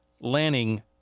Lanning